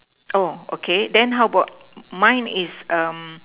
oh okay then how about mine is a